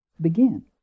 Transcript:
begin